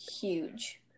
huge